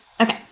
Okay